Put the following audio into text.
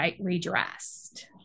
redressed